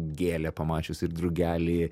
gėlę pamačius ir drugelį